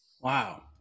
wow